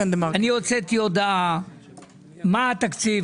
אני הוצאתי הודעה מה התקציב,